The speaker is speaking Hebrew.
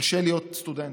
קשה להיות סטודנט,